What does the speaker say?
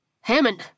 Hammond